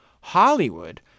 Hollywood